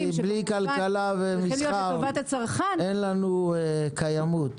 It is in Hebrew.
כי בלי כלכלה ומסחר אין לנו קיימות.